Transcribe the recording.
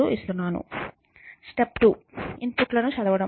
step 2 input లను చదవడం